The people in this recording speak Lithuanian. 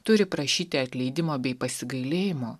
turi prašyti atleidimo bei pasigailėjimo